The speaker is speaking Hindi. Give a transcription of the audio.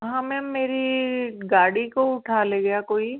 हाँ मैम मेरी गाड़ी को उठा ले गया कोई